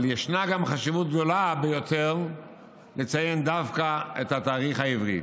אבל ישנה גם חשיבות גדולה ביותר לציין דווקא את התאריך העברי.